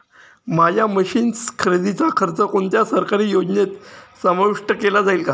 माझ्या मशीन्स खरेदीचा खर्च कोणत्या सरकारी योजनेत समाविष्ट केला जाईल का?